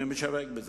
מי משווק את זה?